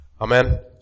Amen